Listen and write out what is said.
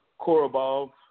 Korobov